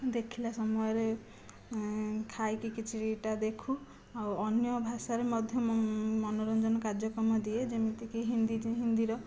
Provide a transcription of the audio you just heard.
ଦେଖିଲା ସମୟରେ ଖାଇକି କିଛିଟା ଦେଖୁ ଆଉ ଅନ୍ୟ ଭାଷାରେ ମଧ୍ୟ ମୁଁ ମନୋରଞ୍ଜନ କାର୍ଯ୍ୟକ୍ରମ ଦିଏ ଯେମିତିକି ହିନ୍ଦୀ ହିନ୍ଦୀର